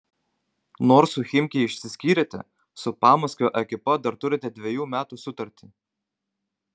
nors su chimki išsiskyrėte su pamaskvio ekipa dar turite dvejų metų sutartį